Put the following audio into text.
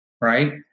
right